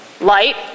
Light